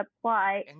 apply